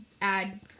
add